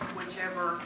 whichever